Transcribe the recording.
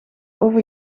over